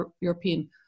european